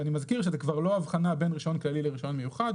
ואני מזכיר שזה כבר הבחנה בין רישיון כללי לרישיון מיוחד,